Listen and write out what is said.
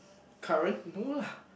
current no lah